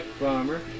bomber